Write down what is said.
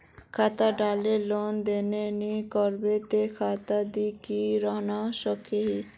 खाता डात लेन देन नि करबो ते खाता दा की रहना सकोहो?